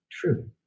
true